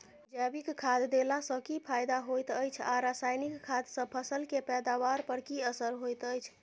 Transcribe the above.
जैविक खाद देला सॅ की फायदा होयत अछि आ रसायनिक खाद सॅ फसल के पैदावार पर की असर होयत अछि?